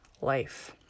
life